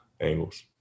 angles